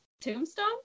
Tombstone